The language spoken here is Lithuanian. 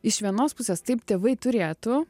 iš vienos pusės taip tėvai turėtų